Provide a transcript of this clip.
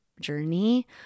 journey